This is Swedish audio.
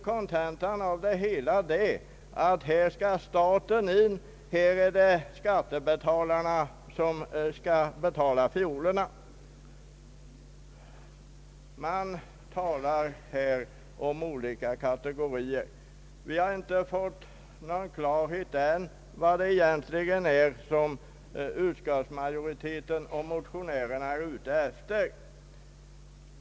Kontentan av det hela blir att staten skall träda till och låta skattebetalarna betala fiolerna för det hela. Det talas här om olika kategorier av skogsägare. Vi har ännu inte fått någon klarhet i vad utskottsmajoriteten och motionärerna egentligen är ute efter.